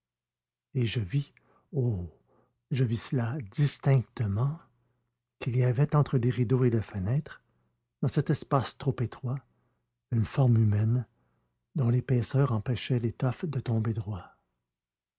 et je vis oh je vis cela distinctement quil y avait entre les rideaux et la fenêtre dans cet espace trop étroit une forme humaine dont l'épaisseur empêchait l'étoffe de tomber droit